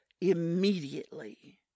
immediately